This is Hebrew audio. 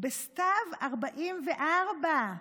בסתיו 1944,